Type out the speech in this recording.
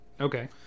okay